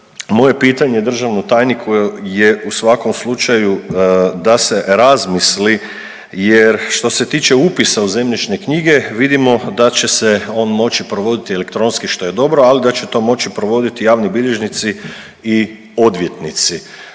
je pitanje državnom tajniku je u svakom slučaju da se razmisli jer što se tiče upisa u zemljišne knjige vidimo da će se on moći provoditi elektronski što je dobro, ali da će to moći provoditi javni bilježnici i odvjetnici.